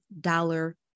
dollar